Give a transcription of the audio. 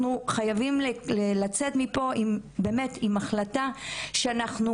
אנחנו חייבים לצאת מפה באמת עם החלטה שאנחנו